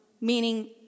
Meaning